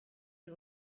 est